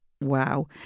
Wow